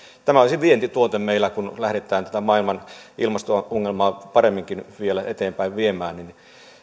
tämä olisi vientituote meillä kun lähdetään tätä maailman ilmasto ongelmaa paremminkin vielä eteenpäin viemään